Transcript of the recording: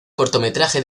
cortometraje